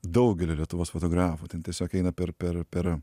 daugelio lietuvos fotografų ten tiesiog eina per per per